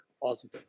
Awesome